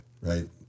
Right